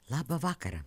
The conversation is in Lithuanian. labą vakarą